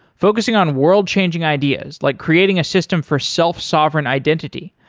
focusing on world-changing ideas like creating a system for self-sovereign identity,